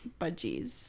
budgies